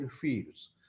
fields